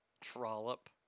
Trollop